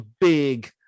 big